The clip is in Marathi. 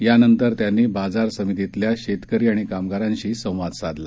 यानंतर त्यांनी बाजार समितीतल्या शेतकरी आणि कामगारांशी संवाद साधला